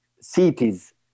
cities